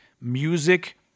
music